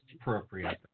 appropriate